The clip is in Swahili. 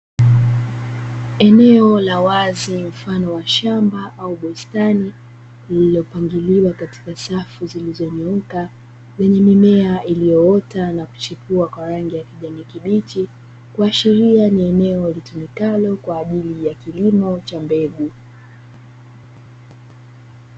Eneo la wazi mfano wa shamba au bustani lililopangiliwa katika safu zilizonyooka, lenye mimea iliyoota na kuchipua kwa rangi ya kijani kibichi, kuashiria ni eneo litumikalo kwa ajili ya kilimo cha mbegu.